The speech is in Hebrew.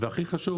והכי חשוב